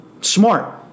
Smart